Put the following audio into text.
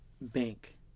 bank